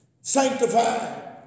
sanctified